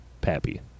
Pappy